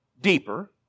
deeper